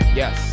yes